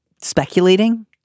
speculating